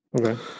Okay